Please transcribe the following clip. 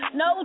no